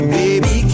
baby